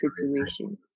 situation